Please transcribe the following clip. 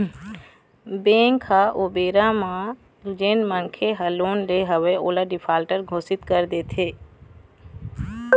bank ह ओ बेरा म जेन मनखे ह लोन ले हवय ओला डिफाल्टर घोसित कर देथे